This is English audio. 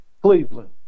Cleveland